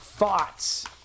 thoughts